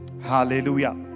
Hallelujah